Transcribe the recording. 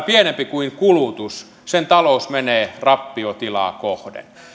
pienempi kuin kulutus sen talous menee rappiotilaa kohden